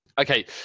okay